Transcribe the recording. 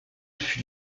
fut